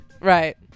Right